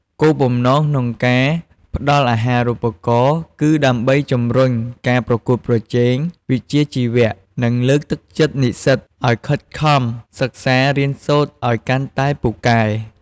គោលបំណងក្នុងការផ្ដល់អាហារូបករណ៍គឺដើម្បីជំរុញការប្រកួតប្រជែងវិជ្ជាជីវៈ និងលើកទឹកចិត្តនិស្សិតឱ្យខិតខំសិក្សារៀនសូត្រឱ្យកាន់តែពូកែ។